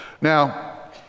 Now